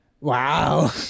Wow